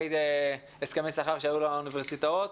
הסכמי שכר שהיו לאוניברסיטאות,